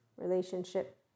relationship